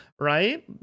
right